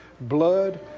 blood